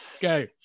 Go